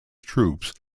troops